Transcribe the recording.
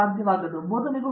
ಪ್ರತಾಪ್ ಹರಿಡೋಸ್ ಸರಿ